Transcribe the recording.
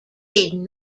did